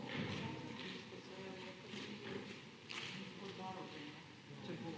Hvala